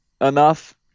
enough